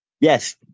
Yes